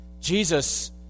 Jesus